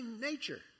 nature